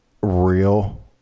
real